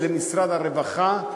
ולמשרד הרווחה,